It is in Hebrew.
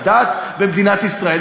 בדת במדינת ישראל.